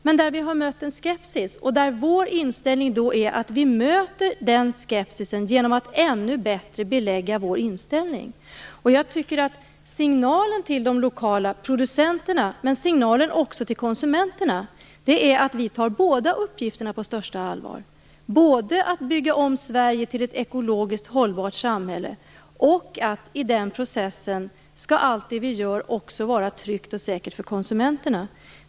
Men vi har mött en skepsis, och vår inställning är att möta denna skepsis genom att ännu bättre belägga vår inställning. Jag tycker att signalen till de lokala producenterna men också till konsumenterna är att vi tar båda uppgifterna på största allvar; både att bygga om Sverige till ett ekologiskt hållbart samhälle och att allt det vi gör i den processen skall vara tryggt och säkert för konsumenterna.